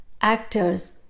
actors